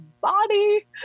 body